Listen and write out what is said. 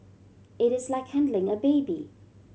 it is like handling a baby